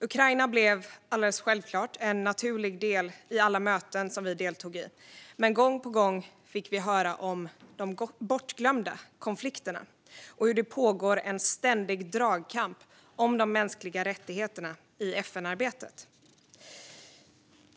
Ukraina blev alldeles självklart en naturlig del i alla möten vi deltog i, men gång på gång fick vi också höra om de "bortglömda" konflikterna och om hur det pågår en ständig dragkamp om de mänskliga rättigheterna i FN-arbetet.